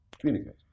Communicate